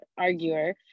arguer